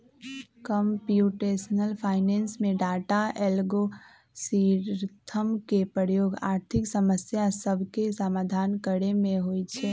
computational finance में data, algorithm के प्रयोग आर्थिक समस्या सभके समाधान करे में होइ छै